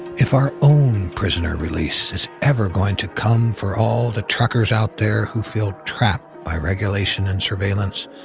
if our own prisoner release is ever going to come for all the truckers out there who feel trapped by regulation and surveillance,